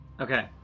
Okay